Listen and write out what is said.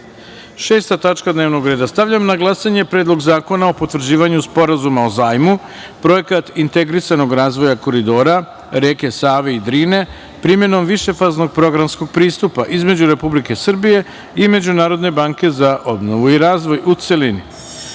tačka dnevnog reda - Stavljam na glasanje Predlog zakona o potvrđivanju Sporazuma o zajmu (Projekat integrisanog razvoja koridora reke Save i Drine primenom višefaznog programskog pristupa) između Republike Srbije i Međunarodne banke za obnovu i razvoj, u celini. Molim